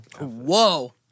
Whoa